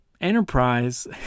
Enterprise